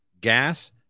Gas